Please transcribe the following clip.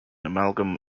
amalgam